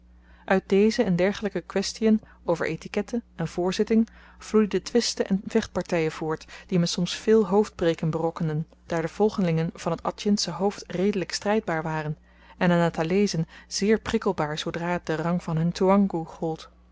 uit deze en dergelyke kwestien over etikette en voorzitting vloeiden twisten en vechtpartyen voort die me soms veel hoofdbreken berokkenden daar de volgelingen van t atjinsche hoofd redelyk strydbaar waren en de natalezen zeer prikkelbaar zoodra t den rang van hun toeankoe gold